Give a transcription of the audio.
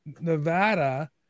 Nevada